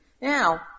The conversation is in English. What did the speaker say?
Now